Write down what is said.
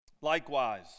Likewise